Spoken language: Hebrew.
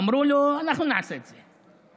אמרו לו: אנחנו נעשה את זה.